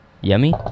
Yummy